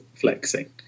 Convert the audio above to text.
flexing